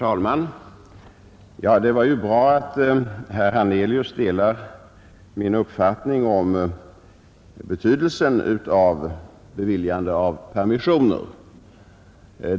Herr talman! Det var ju bra att herr Hernelius delar min uppfattning om betydelsen av beviljandet av permissioner.